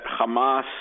Hamas